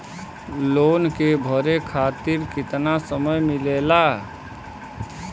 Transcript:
Loan के भरे खातिर कितना समय मिलेला?